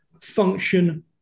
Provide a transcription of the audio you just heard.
function